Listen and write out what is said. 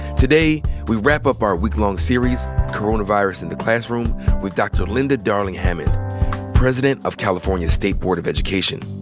today we wrap up our week-long series coronavirus in the classroom with dr. linda darling-hammond president of california's state board of education.